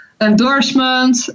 endorsement